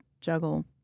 juggle